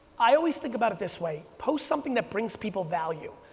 i always think about it this way, post something that brings people value.